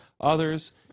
others